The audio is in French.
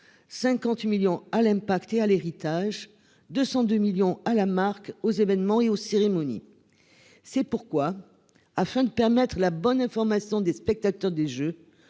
50 millions à l'impact et à l'héritage de 102 millions à la marque aux événements et aux cérémonies. C'est pourquoi, afin de permettre la bonne information des spectateurs des Jeux.